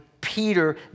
Peter